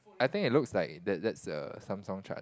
I think it looks like that that's a Samsung charge